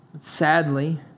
Sadly